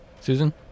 Susan